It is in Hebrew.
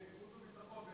החוץ והביטחון.